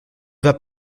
vas